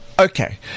Okay